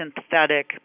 synthetic